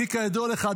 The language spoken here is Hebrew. כי היא כידוע לך,